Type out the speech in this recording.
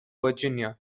virginia